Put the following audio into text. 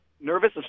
nervous